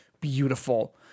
beautiful